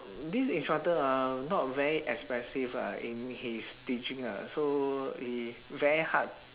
this instructor ah not very expressive lah in his teaching ah so it's very hard